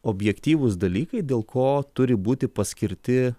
objektyvūs dalykai dėl ko turi būti paskirti